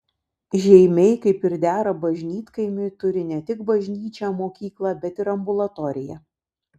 žeimiai kaip ir dera bažnytkaimiui turi ne tik bažnyčią mokyklą bet ir ambulatoriją